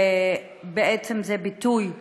ובעצם זה ביטוי